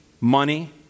money